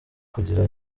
kugira